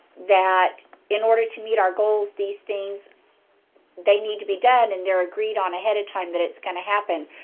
that in order to meet our goals, these things they need to be done, and they're agreed on ahead of time that it's going to happen.